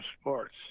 sports